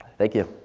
thank you.